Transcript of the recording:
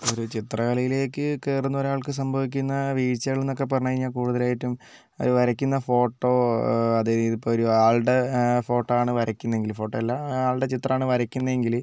ഒരു ചിത്രകലയിലേക്ക് കയറുന്ന ഒരാൾക്ക് സംഭവിക്കുന്ന വീഴ്ചകൾ എന്നൊക്കെ പറഞ്ഞു കഴിഞ്ഞാൽ കൂടുതലായിട്ടും അവർ വരയ്ക്കുന്ന ഫോട്ടോ അതായത് ഇപ്പോൾ ഒരു ആൾടെ ഫോട്ടോ ആണ് വരയ്ക്കുന്നതെങ്കിൽ ഫോട്ടോ അല്ല ആളുടെ ചിത്രമാണ് വരയ്ക്കുന്നതെങ്കിൽ